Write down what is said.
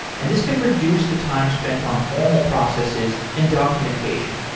and this can reduce the time spent on formal processes and documentation.